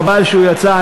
חבל שהוא יצא,